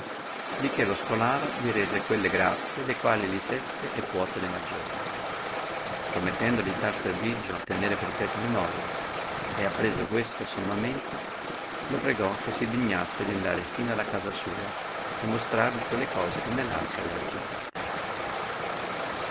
di che lo scolaro li rese quelle grazie le quali egli seppe e puote le maggiori promettendoli di tal servigio tenere perpetua memoria ed appresso questo sommamente lo pregò che si dignasse di andare fino alla casa sua per mostrargli quelle cose che nell arca aveva riservate